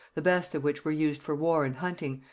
the best of which were used for war and hunting,